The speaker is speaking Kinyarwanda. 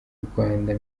rwanda